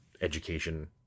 education